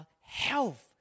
health